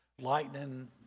lightning